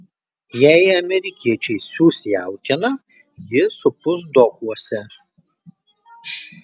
jei amerikiečiai siųs jautieną ji supus dokuose